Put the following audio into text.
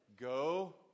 Go